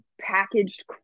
packaged